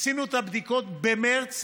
עשינו את הבדיקות במרס,